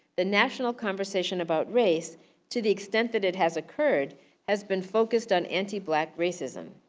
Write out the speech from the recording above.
the national conversation about race to the extent that it has occurred has been focused on anti-black racism.